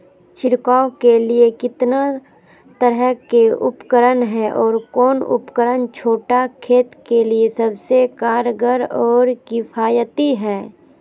छिड़काव के लिए कितना तरह के उपकरण है और कौन उपकरण छोटा खेत के लिए सबसे कारगर और किफायती है?